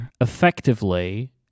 effectively